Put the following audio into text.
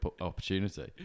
opportunity